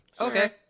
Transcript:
Okay